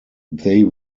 they